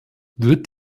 wird